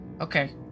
Okay